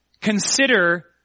consider